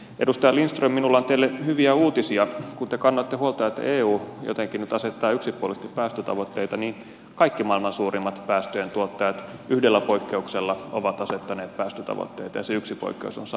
edustaja lindström minulla on teille hyviä uutisia kun te kannoitte huolta että eu jotenkin nyt asettaa yksipuolisesti päästötavoitteita niin kaikki maailman suurimmat päästöjen tuottajat yhdellä poikkeuksella ovat asettaneet päästötavoitteita ja se yksi poikkeus on saudi arabia